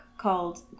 called